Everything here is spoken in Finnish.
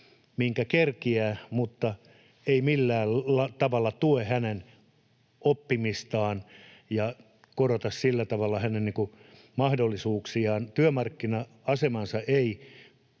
minkä kerkiää, mutta se ei millään tavalla tue hänen oppimistaan ja korota sillä tavalla hänen mahdollisuuksiaan. Hänen työmarkkina-asemansa ei